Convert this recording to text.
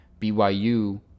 BYU